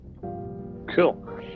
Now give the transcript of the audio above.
cool